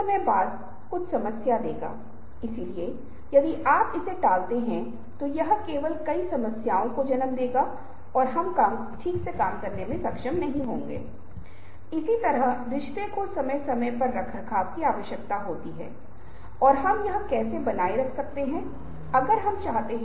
संदर्भसमय देखें ०४० यदि आप इस विशेष छवि को देख रहे हैं तो आप देख सकते हैं आप दूर की चीजों का दूर जाना अनुभव कर सकते हैं यह एक सपाट सतह पर कैसे होता है हम दूरी का अनुभव कैसे करते हैं